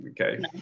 okay